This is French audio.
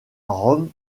rome